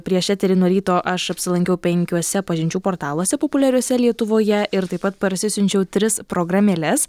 prieš eterį nuo ryto aš apsilankiau penkiuose pažinčių portaluose populiariuose lietuvoje ir taip pat parsisiunčiau tris programėles